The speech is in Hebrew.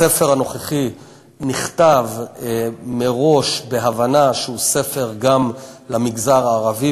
הספר הנוכחי נכתב מראש בהבנה שהוא ספר גם למגזר הערבי,